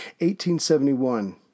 1871